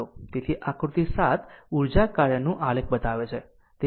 તેથી આકૃતિ 7 ઉર્જા કાર્યનું આલેખ બતાવે છે